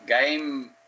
game